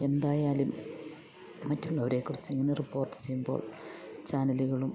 എന്തായാലും മറ്റുള്ളവരെ കുറിച്ചിങ്ങനെ റിപ്പോർട്ട് ചെയ്യുമ്പോൾ ചാനലുകളും